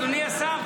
אדוני השר,